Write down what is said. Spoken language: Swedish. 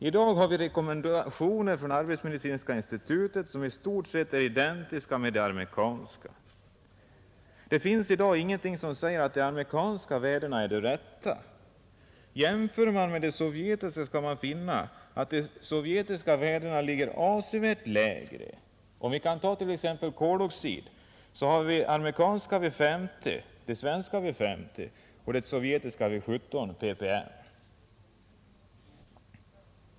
I dag har vi rekommendationer från arbetsmedicinska institutet som i stort är identiska med de amerikanska. Det finns dock ingenting som säger att de amerikanska värdena är de rätta. Jämför man med de sovjetiska värdena skall man finna att dessa ligger avsevärt lägre, Vi kan t.ex. ta de hygieniska gränsvärdena för koloxid. Det amerikanska gränsvärdet är 50, det svenska 50 och det sovjetiska 17 ppm.